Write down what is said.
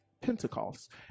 Pentecost